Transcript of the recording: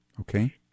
Okay